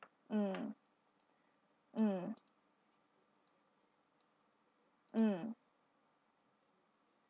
mm mm mm